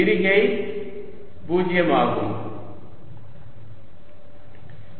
Ex∂xEy∂yEz∂zq4π03r r3 3r r2r r50 for rr சமன்பாட்டை இங்கே தட்டச்சு செய்க